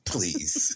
Please